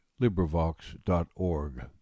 LibriVox.org